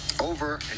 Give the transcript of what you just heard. over